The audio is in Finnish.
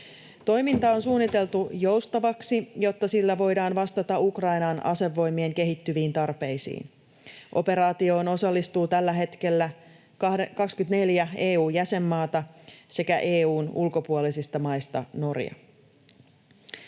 Toiminta on suunniteltu joustavaksi, jotta sillä voidaan vastata Ukrainan asevoimien kehittyviin tarpeisiin. Operaatioon osallistuu tällä hetkellä 24 EU-jäsenmaata sekä EU:n ulkopuolisista maista Norja.